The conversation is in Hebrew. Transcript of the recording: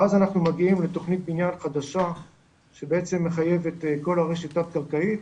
ואז אנחנו מגיעים לתכנית בנייה חדשה שבעצם מחייבת את כל הרשת תת קרקעית,